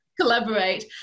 collaborate